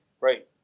Right